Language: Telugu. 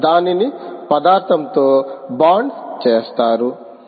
దానిని పదార్థంతో బాండ్ చేస్తారా